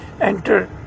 enter